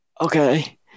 okay